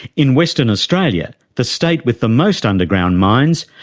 in western australia, the state with the most underground mines,